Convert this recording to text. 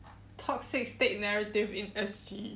toxic state narrative in S_G